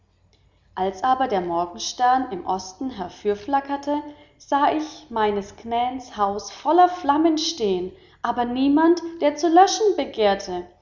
als aber der morgenstern im osten herfürflackerte sahe ich meines knäns haus in voller flamme stehen aber niemand der zu löschen begehrte